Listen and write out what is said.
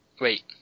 Wait